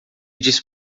disse